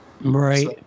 Right